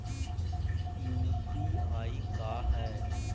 UPI का है?